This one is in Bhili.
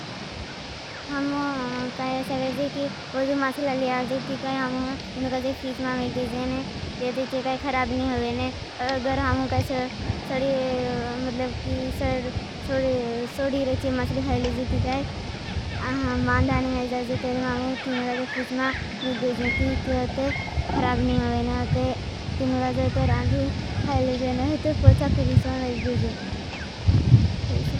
होम वदव माथला लियाओ। तीकाई मैंने तीनुगाज़े फ्रीज्मा में देजें। जो तीकाई खराब नहीं होगे। अगर मैंने सोड़ी रोची मासली खाये। लेजें तीकाई मांधाने में देजें। मैंने सोड़ी रोची मासली खाये लेजें। तीकाई मांधाने में देजें।